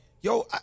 Yo